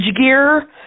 gear